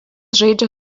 žaidžia